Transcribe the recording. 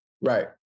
Right